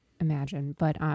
imagine—but